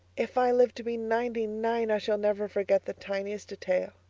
if i live to be ninety-nine i shall never forget the tiniest detail.